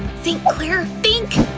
think claire, think!